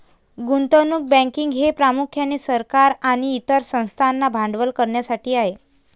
गुंतवणूक बँकिंग हे प्रामुख्याने सरकार आणि इतर संस्थांना भांडवल करण्यासाठी आहे